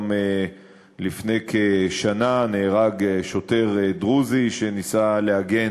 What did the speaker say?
גם לפני כשנה נהרג שוטר דרוזי שניסה להגן